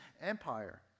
empire